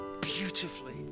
beautifully